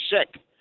sick